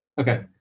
Okay